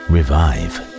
Revive